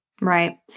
Right